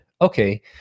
Okay